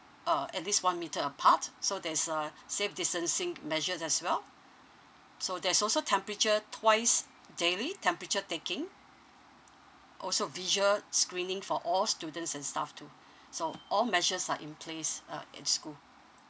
a at least one metre apart so there's a safe distancing measures as well so there's also temperature twice daily temperature taking also visual screening for all students and stuff too so all measures are in place uh in school